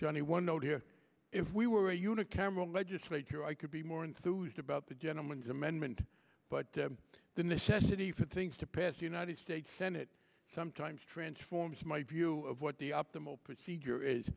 johnny one note here if we were unicameral legislature i could be more enthused about the gentleman's amendment but the necessity for things to pass the united states senate sometimes transforms my view of what the optimal procedure